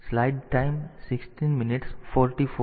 તેથી આપણે આ રીતે સીધું એડ્રેસિંગ કરી શકીએ છીએ